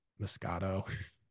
moscato